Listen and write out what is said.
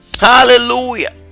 hallelujah